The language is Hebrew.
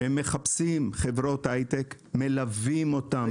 הם מחפשים חברות הייטק, מלווים אותם.